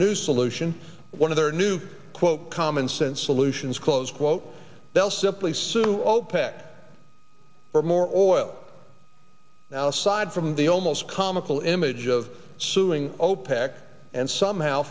new solution one of their new quote common sense solutions close quote they'll simply sue opec for more oil alcide from the almost comical image of suing opec and somehow